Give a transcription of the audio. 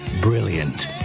brilliant